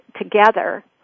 together